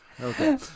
Okay